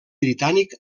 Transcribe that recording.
britànic